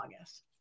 August